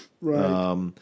Right